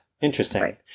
Interesting